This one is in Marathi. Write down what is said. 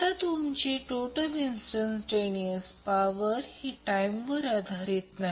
तर लाईन करंट √3फेज करंट असेल हे पूर्वी देखील पाहिले आहे